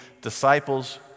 disciples